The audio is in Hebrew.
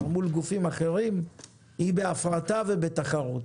מול גופים אחרים היא בהפרטה ובתחרות.